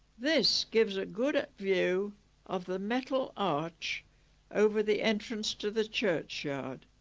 this gives a good view of the metal arch over the entrance to the churchyard